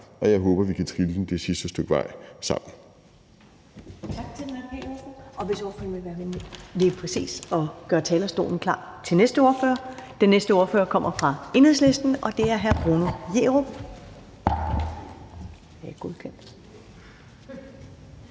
og jeg håber, at vi kan trille den det sidste stykke vej sammen.